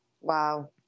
Wow